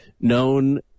known